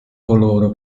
coloro